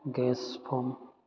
gas form